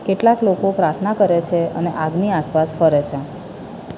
કેટલાક લોકો પ્રાર્થના કરે છે અને આગની આસપાસ ફરે છે